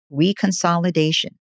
reconsolidation